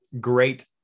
great